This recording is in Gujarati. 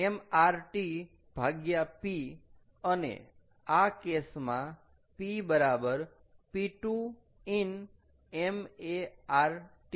m R T P અને આ કેસમાં P બરાબર P2 in ma R T